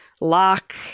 lock